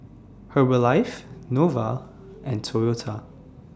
Herbalife Nova and Toyota